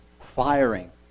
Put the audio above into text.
firing